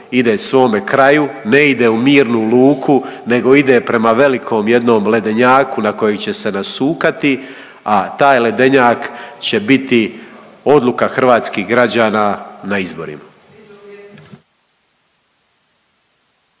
ide svome kraju ne ide u mirnu luku nego ide prema velikom jednom ledenjaku na koji će se nasukati, a taj ledenjak će biti odluka hrvatskih građana na izborima.